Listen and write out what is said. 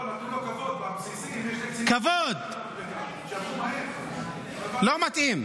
לא, נתנו לו כבוד בבסיסים --- כבוד, לא מתאים.